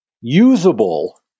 Usable